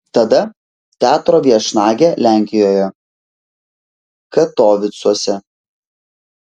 tada teatro viešnagė lenkijoje katovicuose